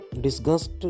disgust